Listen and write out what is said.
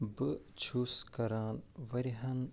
بہٕ چھُس کران واریاہَن